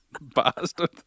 Bastard